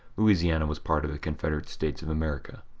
louisiana was part of the confederate states of america.